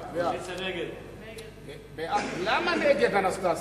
6, נגד, 4. אדוני סגן